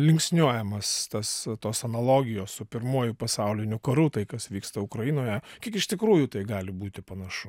linksniuojamas tas tos analogijos su pirmuoju pasauliniu karu tai kas vyksta ukrainoje kiek iš tikrųjų tai gali būti panašu